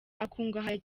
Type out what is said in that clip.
akungahaye